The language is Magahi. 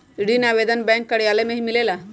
ऋण आवेदन बैंक कार्यालय मे ही मिलेला?